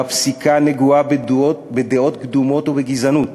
והפסיקה נגועה בדעות קדומות ובגזענות